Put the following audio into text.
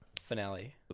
finale